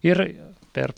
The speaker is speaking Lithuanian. ir per